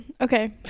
okay